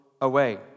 away